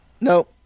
No